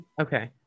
Okay